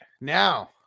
Now